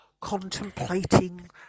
contemplating